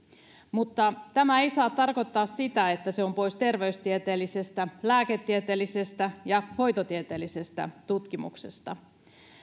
mutta tämä ei saa tarkoittaa sitä että se on pois terveystieteellisestä lääketieteellisestä ja hoitotieteellisestä tutkimuksesta